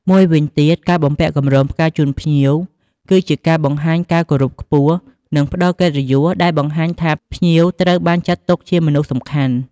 មួយវិញទៀតការបំពាក់កម្រងផ្កាជូនភ្ញៀវ គឺជាការបង្ហាញការគោរពខ្ពស់ និងផ្ដល់កិត្តិយសដែលបង្ហាញថាភ្ញៀវត្រូវបានចាត់ទុកជាមនុស្សសំខាន់។